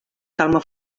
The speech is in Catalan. calma